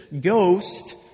ghost